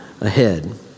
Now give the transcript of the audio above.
ahead